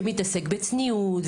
שמתעסק בצניעות,